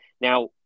now